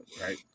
right